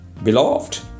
Beloved